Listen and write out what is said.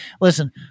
listen